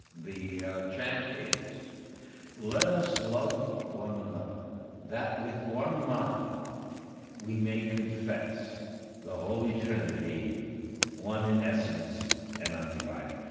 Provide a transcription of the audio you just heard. the chant is let us love one another that with one mind we may confess the holy trinity one in essence and undivided.